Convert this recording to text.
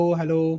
hello